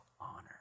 honor